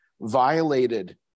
violated